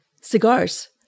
cigars